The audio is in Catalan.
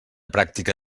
pràctica